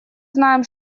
знаем